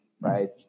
right